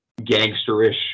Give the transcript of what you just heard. gangsterish